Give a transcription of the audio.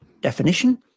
definition